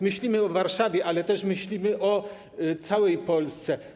Myślimy o Warszawie, ale też myślimy o całej Polsce.